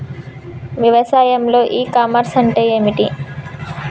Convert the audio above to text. వ్యవసాయంలో e commerce అంటే ఏమిటి?